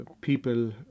people